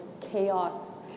chaos